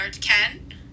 Ken